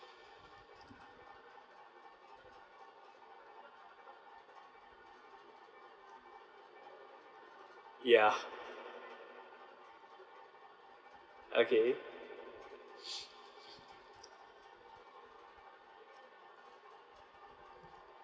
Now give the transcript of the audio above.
ya okay